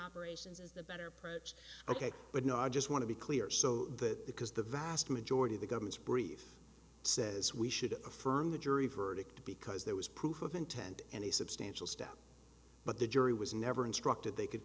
approach ok but no i just want to be clear so that because the vast majority of the government's brief says we should affirm the jury verdict because there was proof of intent and a substantial step but the jury was never instructed they could